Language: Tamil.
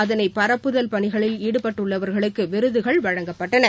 அதனை பரப்புதல் பணிகளில் ஈடுபட்டுள்ளவர்களுக்கு விருதுகள் வழங்கப்பட்டன